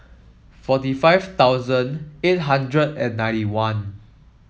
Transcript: forty five thousand eight hundred and ninety one